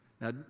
now